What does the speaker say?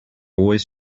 always